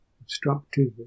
obstructive